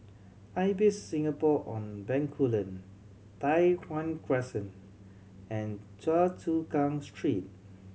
Ibis Singapore On Bencoolen Tai Hwan Crescent and Choa Chu Kang Street